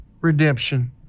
redemption